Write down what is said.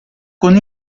con